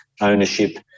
ownership